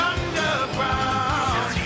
Underground